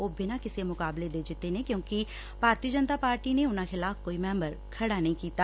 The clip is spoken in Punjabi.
ਉਹ ਬਿਨਾਂ ਕਿਸੇ ਮੁਕਾਬਲੇ ਦੇ ਜਿੱਤੇ ਨੇ ਕਿਉਂਕਿ ਭਾਰਤੀ ਜਨਤਾ ਪਾਰਟੀ ਨੇ ਉਨੂਾਂ ਖਿਲਾਫ਼ ਕੋਈ ਮੈਂਬਰ ਖੜਾ ਨਹੀਂ ਕੀਤਾ